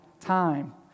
time